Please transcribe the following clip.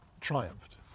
triumphed